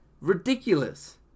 Ridiculous